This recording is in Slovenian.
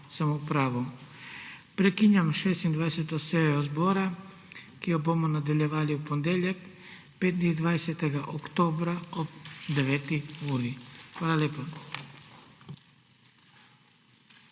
Prekinjam 26. sejo Državnega zbora, ki jo bomo nadaljevali v ponedeljek, 25. oktobra, ob 9. uri. Hvala lepa.